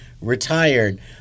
retired